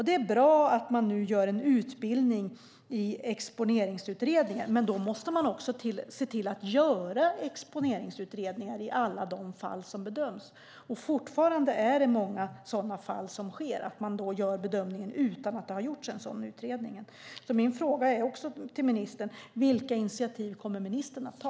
Det är bra att man nu ordnar en utbildning i exponeringsutredning, men då måste man också se till att göra exponeringsutredningar i alla de fall som bedöms. I många fall gör man fortfarande bedömningen utan att en sådan utredning har gjorts. Min fråga till ministern är därför: Vilka initiativ kommer ministern att ta?